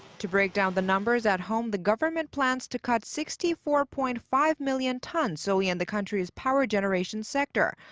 to break down the numbers at home, the government plans to cut sixty four point five million tons solely in the country's power generation sector,